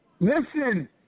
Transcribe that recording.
Listen